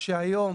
שהיום